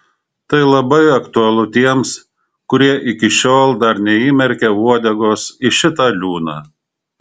tai labai aktualu tiems kurie iki šiol dar neįmerkė uodegos į šitą liūną